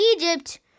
Egypt